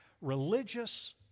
religious